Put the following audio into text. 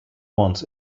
wants